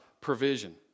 provision